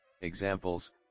examples